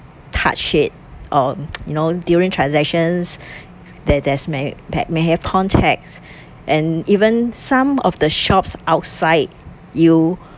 touch it on you know during transactions there there's may may have contacts and even some of the shops outside you